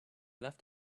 left